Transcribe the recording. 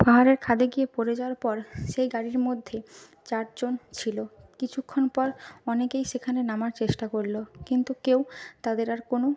পাহাড়ের খাদে গিয়ে পড়ে যাওয়ার পর সেই গাড়ির মধ্যেই চারজন ছিল কিছুক্ষণ পর অনেকেই সেখানে নামার চেষ্টা করলো কিন্তু কেউ তাদের আর কোনও